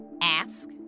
ask